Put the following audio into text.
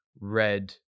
red